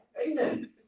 Amen